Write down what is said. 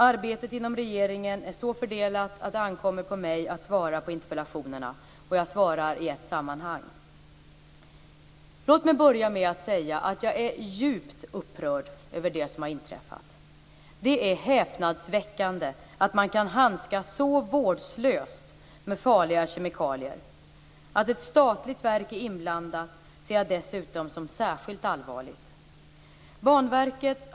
Arbetet inom regeringen är så fördelat att det ankommer på mig att svara på interpellationerna och jag svarar i ett sammanhang. Låt mig börja med att säga att jag är djupt upprörd över det som har inträffat. Det är häpnadsväckande att man kan handskas så vårdslöst med farliga kemikalier. Att ett statligt verk är inblandat ser jag dessutom som särskilt allvarligt.